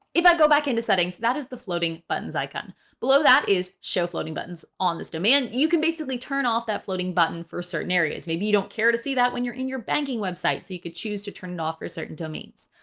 if i go back into settings, that is the floating buttons icon below that is showing floating buttons on this demand, you can basically turn off that floating button for certain areas. maybe you don't care to see that when you're in your banking website. so you could choose to turn it off for certain domains.